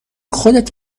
خودت